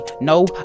No